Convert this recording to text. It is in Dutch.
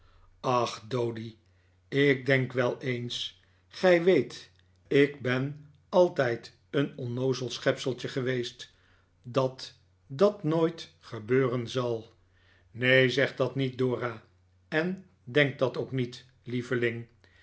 ach doady ik denk wel eens gij weet ik ben altijd een onnoozel schepseltje geweest dat dat nooit gebeuren zal neen zeg dat niet dora en denk dat ook niet lieveling